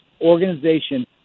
organization